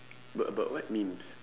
but but what memes